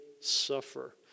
suffer